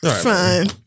Fine